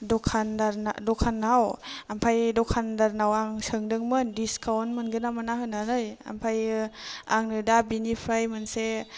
द'खानदारना द'खानाव ओमफ्राय द'खानदारनाव आं सोंदोंमोन डिस्काउन्ट मोनगोन्ना मोना होन्नानै ओमफ्रायो आंनो दा बिनिफ्राय मोनसे